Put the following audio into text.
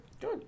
Good